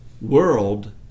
world